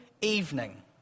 evening